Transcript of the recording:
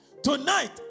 Tonight